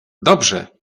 dobrze